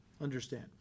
understand